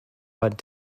but